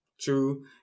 True